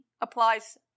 applies